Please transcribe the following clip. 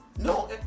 No